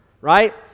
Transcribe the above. right